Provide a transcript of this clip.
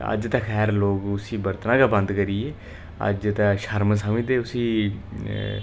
अज्ज ते खैर लोक उसी बरतना गै बंद करी गे अज्ज ते शर्म समझदे उसी